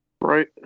Right